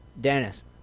dennis